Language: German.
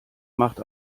macht